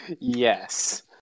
yes